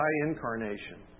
incarnation